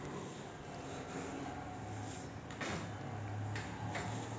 लाल्या रोग कायनं येते?